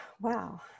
Wow